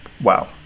Wow